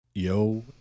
Yo